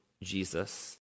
Jesus